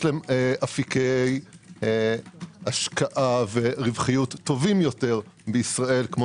להם אפיקי השקעה ורווחיות טובים יותר בישראל כפי